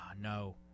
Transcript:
no